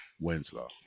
Winslow